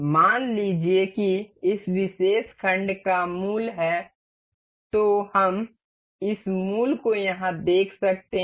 मान लीजिए कि इस विशेष खंड का मूल है तो हम इस मूल को यहाँ देख सकते हैं